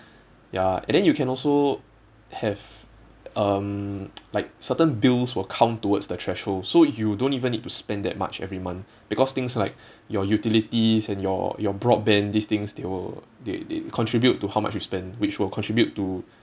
ya and then you can also have um like certain bills will count towards the threshold so you don't even need to spend that much every month because things like your utilities and your your broadband these things they will they they contribute to how much you spend which will contribute to